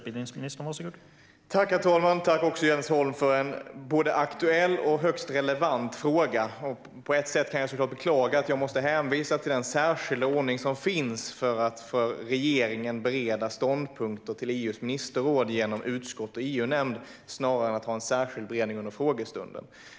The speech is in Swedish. Herr talman! Jag tackar Jens Holm för en både aktuell och högst relevant fråga. På ett sätt kan jag såklart beklaga att jag måste hänvisa till den särskilda ordning som finns; regeringen bereder ståndpunkter till EU:s ministerråd genom utskott och EU-nämnd snarare än genom särskild beredning under frågestunden.